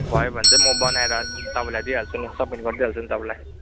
भयो भने चाहिँ म बनाएर तपाईँलाई दिइहाल्छु नि सब्मिट गरिदिइहाल्छु नि तपाईँलाई